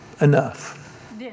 enough